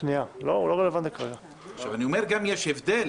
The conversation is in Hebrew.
גם יש הבדל